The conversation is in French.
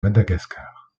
madagascar